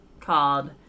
called